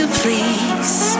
please